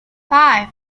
five